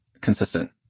consistent